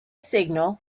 signal